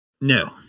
No